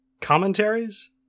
commentaries